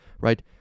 right